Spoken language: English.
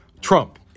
Trump